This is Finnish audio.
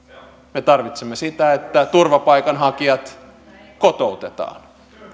me tarvitsemme sitä että turvapaikanhakijat kotoutetaan